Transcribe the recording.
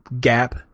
gap